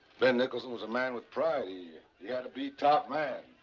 ben nicholson was a man with pride. he had to be top man,